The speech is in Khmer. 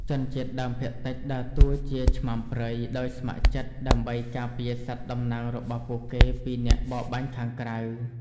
ជនជាតិដើមភាគតិចដើរតួជា "ឆ្មាំព្រៃ" ដោយស្ម័គ្រចិត្ត ដើម្បីការពារសត្វតំណាងរបស់ពួកគេពីអ្នកបរបាញ់ខាងក្រៅ។